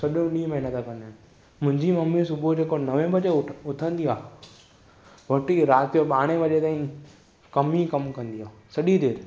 सॼो ॾींहुं महिनत कंदा आहिनि मुंहिंजी मम्मी सुबुह जो जेको नवे बजे उथंदी आहे वठी राति जो ॿारहें वजे ताईं कमु ई कमु कंदी आहे सॼी देरि